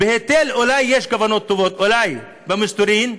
בהיטל אולי יש כוונות טובות, אולי, במסתורין.